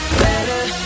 better